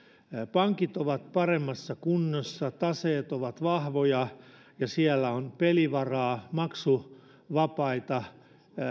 pankit ovat paremmassa kunnossa taseet ovat vahvoja ja siellä on pelivaraa maksuvapaita